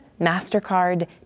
MasterCard